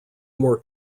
more